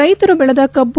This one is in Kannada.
ರೈತರು ಬೆಳೆದ ಕಬ್ಬು